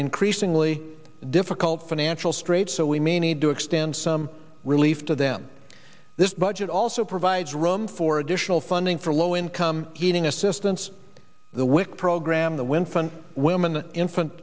increasingly difficult financial straits so we may need to extend some relief to them this budget also provides room for additional funding for low income heating assistance the wic program the w